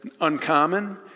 uncommon